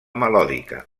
melòdica